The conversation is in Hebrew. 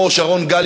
כמו שרון גל,